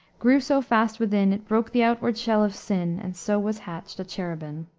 grew so fast within it broke the outward shell of sin, and so was hatched a cherubin.